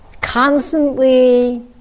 Constantly